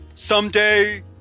Someday